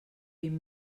vint